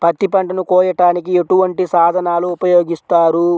పత్తి పంటను కోయటానికి ఎటువంటి సాధనలు ఉపయోగిస్తారు?